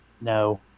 No